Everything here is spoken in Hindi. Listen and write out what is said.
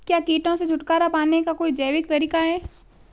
क्या कीटों से छुटकारा पाने का कोई जैविक तरीका है?